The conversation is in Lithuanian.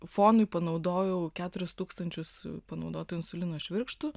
fonui panaudojau keturis tūkstančius panaudotų insulino švirkštų